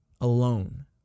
Alone